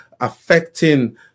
affecting